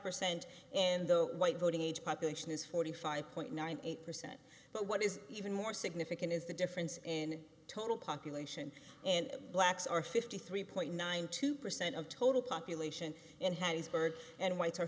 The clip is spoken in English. percent and the white voting age population is forty five point nine eight percent but what is even more significant is the difference in total population and blacks are fifty three point nine two percent of total population and has byrd and whites are